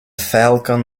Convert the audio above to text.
falcon